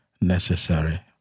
necessary